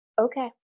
Okay